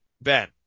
Ben